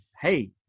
hey